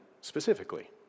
Specifically